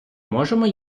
можемо